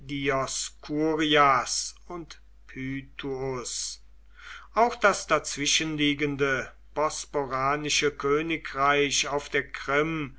und pityus auch das dazwischenliegende bosporanische königreich auf der krim